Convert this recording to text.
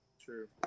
True